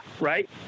right